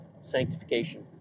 sanctification